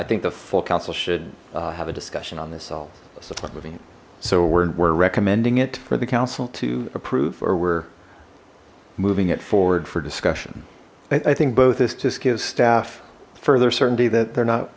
i think the full council should have a discussion on this salsify moving so we're recommending it for the council to approve or we're moving it forward for discussion i think both this just gives staff further certainty that they're not